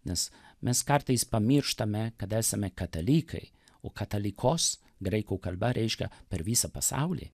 nes mes kartais pamirštame kad esame katalikai o katalikos graikų kalba reiškia per visą pasaulį